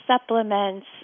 supplements